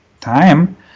time